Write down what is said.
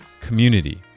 community